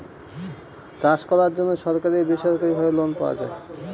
চাষ করার জন্য সরকারি ও বেসরকারি ভাবে লোন পাওয়া যায়